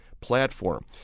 platform